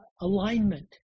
alignment